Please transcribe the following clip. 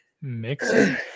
mixing